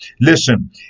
Listen